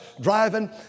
driving